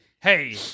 hey